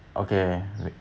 okay wait